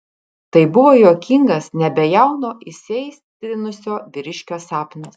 tai buvo juokingas nebejauno įsiaistrinusio vyriškio sapnas